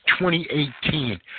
2018